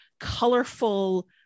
colorful